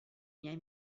miei